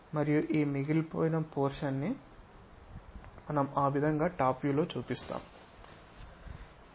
మరియు ఈ మిగిలిపోయిన పోర్షన్ ని మనం ఆ విధంగా టాప్ వ్యూలో చూస్తాము